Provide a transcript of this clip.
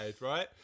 right